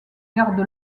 garde